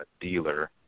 Dealer